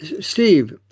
Steve